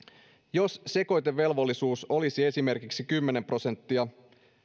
jos sekoitevelvollisuus olisi esimerkiksi kymmenen prosenttia